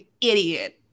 idiot